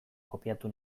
kopiatu